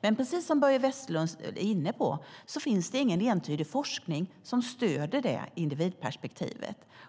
henne, men som Börje Vestlund är inne på finns det ingen entydig forskning som stöder individperspektivet.